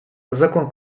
закон